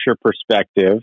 perspective